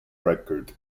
record